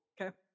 Okay